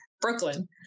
Brooklyn